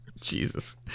Jesus